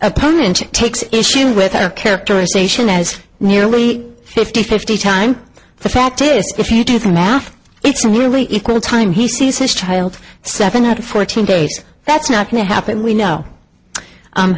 opponent takes issue with her characterization as nearly fifty fifty time the fact is if you do the math it's a really equal time he sees his child seven out of fourteen days that's not going to happen we know